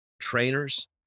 trainers